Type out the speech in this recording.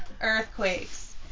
earthquakes